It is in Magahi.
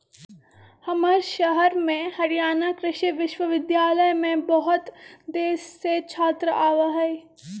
हमर शहर में हरियाणा कृषि विश्वविद्यालय में बहुत देश से छात्र आवा हई